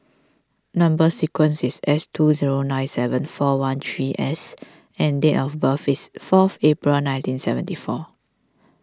Number Sequence is S two zero nine seven four one three S and date of birth is fourth April nineteen seventy four